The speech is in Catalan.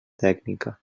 tècnica